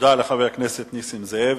תודה לחבר הכנסת נסים זאב.